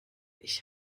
ich